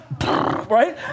Right